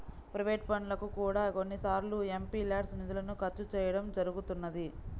private పనులకు కూడా కొన్నిసార్లు ఎంపీల్యాడ్స్ నిధులను ఖర్చు చేయడం జరుగుతున్నది